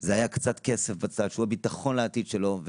זה היה קצת כסף בצד, שהוא הביטחון לעתיד שלו.